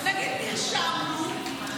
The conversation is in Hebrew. נגיד, נרשמנו.